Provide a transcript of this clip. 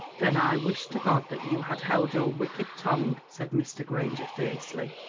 then i wish to god that you had held your wicked tongue, said mr. granger fiercely.